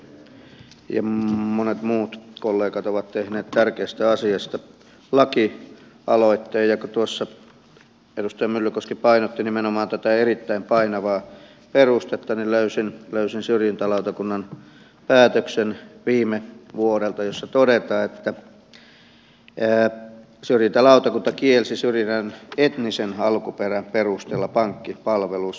edustaja myllykoski ja monet muut kollegat ovat tehneet tärkeästä asiasta lakialoitteen ja kun tuossa edustaja myllykoski painotti nimenomaan tätä erittäin painavaa perustetta niin löysin syrjintälautakunnan päätöksen viime vuodelta ja siinä todetaan että syrjintälautakunta kielsi syrjinnän etnisen alkuperän perusteella pankkipalveluissa